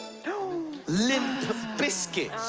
you know limp bizkit.